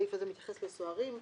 הסעיף הזה מתייחס לסוהרים,